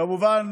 כמובן,